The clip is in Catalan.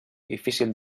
difícil